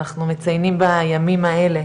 אנחנו מציינים בימים האלה